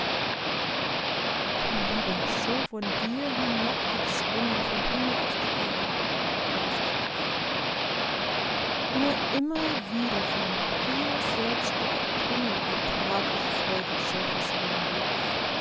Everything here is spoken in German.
von liebe so von dir hinabgezwungen vom himmel auf die erde weiß ich doch nur immer wieder von dir selbst durchdrungen ertrag ich freudig solcher